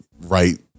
right